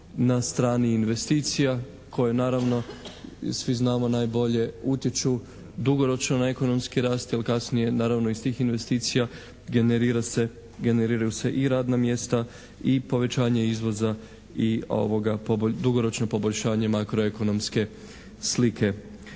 na strani investicija koje naravno svi znamo najbolje utječu dugoročno na ekonomski rast, jer kasnije naravno iz tih investicija generiraju se i radna mjesta i povećanje izvoza i dugoročno poboljšanje makroekonomske slike